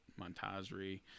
Montazri